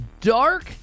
dark